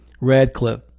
Radcliffe